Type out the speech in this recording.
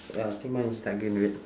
ya I think mine is dark green wait